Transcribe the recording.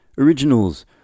originals